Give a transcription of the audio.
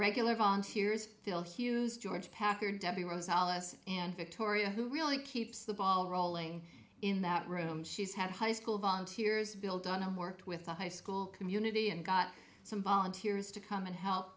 regular volunteers phil hughes george packer debbie rowe's alice and victoria who really keeps the ball rolling in that room she's had high school volunteers bill dunham worked with the high school community and got some volunteers to come and help